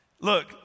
Look